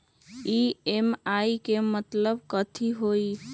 EMI के मतलब कथी होई?